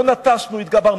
לא נטשנו, התגברנו.